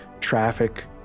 traffic